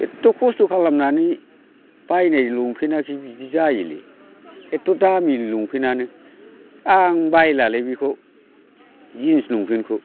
एदथ' खस्थ' खालामनानै बायनाय लंफेन्टानोखि बिदि जायोलै एदथ' दामि लंफैन्टानो आं बायलालै बेखौ जिन्स लंफेन्टखौ